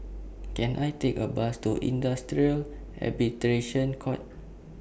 Can I Take A Bus to Industrial Arbitration Court